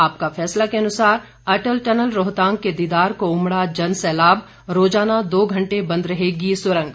आपका फैसला के अनुसार अटल टनल रोहतांग के दीदार को उमड़ा जन सैलाब रोजाना दो घंटे बंद रहेगी सुरंग